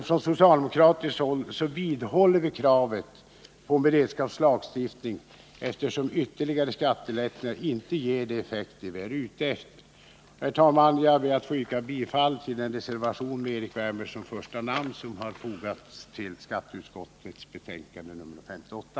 Från socialdemokratiskt håll vidhåller vi kravet på en beredskapslagstiftning, eftersom ytterligare skattelättnader inte ger de effekter vi är ute efter. Herr talman! Jag ber att få yrka bifall till den reservation med Erik Wärnberg som första namn som fogats till skatteutskottets betänkande nr 58.